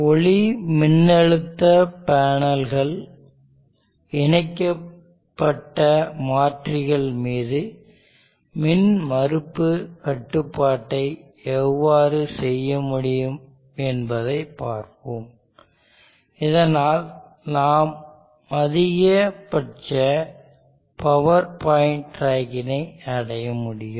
ஒளிமின்னழுத்த பேனல்கள் இணைக்கப்பட்ட மாற்றிகள் மீது மின்மறுப்பு கட்டுப்பாட்டை எவ்வாறு செய்ய முடியும் என்பதைப் பார்ப்போம்இதனால் நாம் அதிகபட்ச பவர் பாயிண்ட் டிராக்கிங்கை அடைய முடியும்